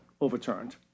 overturned